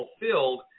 fulfilled